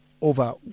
over